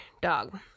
dog